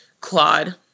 Claude